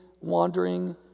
wandering